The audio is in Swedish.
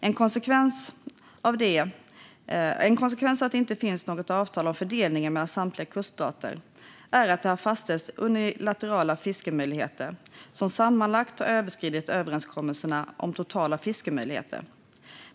En konsekvens av att det inte finns något avtal om fördelning mellan samtliga kuststater är att det har fastställts unilaterala fiskemöjligheter som sammanlagt har överskridit överenskommelserna om totala fiskemöjligheter.